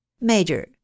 Major